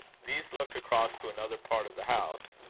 these looked across to another part of the house,